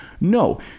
No